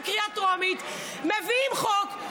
בקריאה טרומית מביאים חוק,